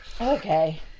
okay